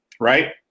Right